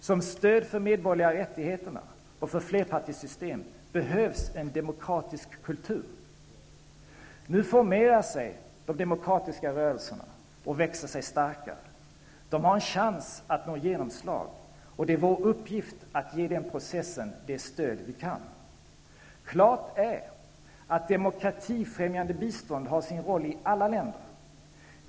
Som stöd för de medborgerliga rättigheterna och för flerpartisystem behövs en demokratisk kultur. Nu formerar sig de demokratiska rörelserna och växer sig starkare. De har en chans att nå genomslag. Det är vår uppgift att ge den processen det stöd vi kan. Klart är att demokratifrämjande bistånd har sin roll i alla länder.